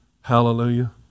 Hallelujah